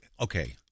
okay